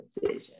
decision